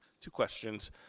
two questions.